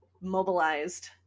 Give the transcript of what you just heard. mobilized